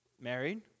Married